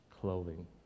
clothing